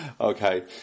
Okay